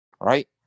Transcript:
right